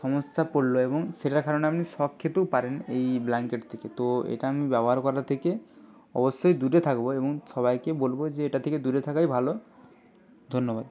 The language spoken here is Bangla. সমস্যা পড়লো এবং সেটার কারণে আমনি শক খেতেও পারেন এই ব্ল্যাংকেট থেকে তো এটা আমি ব্যবহার করা থেকে অবশ্যই দূরে থাকবো এবং সবাইকে বলবো যে এটা থেকে দূরে থাকাই ভালো ধন্যবাদ